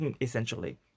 essentially